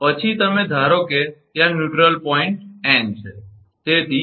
પછી તમે ધારો કે ત્યાં ન્યુટ્રલ પોઇન્ટ તટસ્થ બિંદુ 𝑛 છે